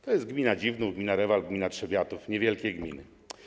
To jest gmina Dziwnów, gmina Rewal, gmina Trzebiatów - niewielkie gminy.